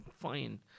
fine